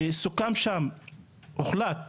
והוחלט שם,